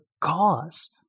cause